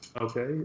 Okay